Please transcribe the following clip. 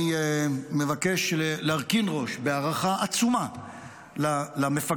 אני מבקש להרכין ראש בהערכה עצומה למפקדים,